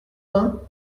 vingt